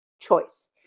choice